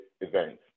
events